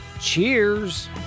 Cheers